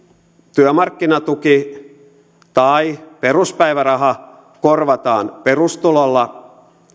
työmarkkinatuki tai peruspäiväraha korvataan perustulolla